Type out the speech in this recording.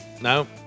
No